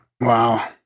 wow